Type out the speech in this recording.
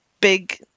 big